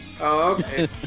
Okay